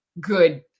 good